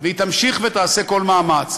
והיא תמשיך ותעשה כל מאמץ.